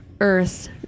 earth